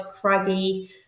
craggy